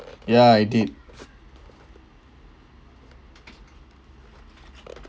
ya I did